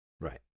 right